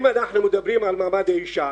אם אנחנו מדברים על מעמד האישה,